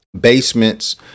Basements